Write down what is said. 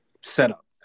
setup